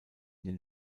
den